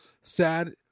sad